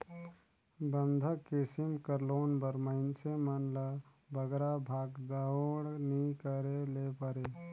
बंधक किसिम कर लोन बर मइनसे मन ल बगरा भागदउड़ नी करे ले परे